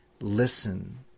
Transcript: listen